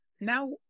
now